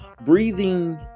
breathing